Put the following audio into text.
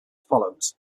follows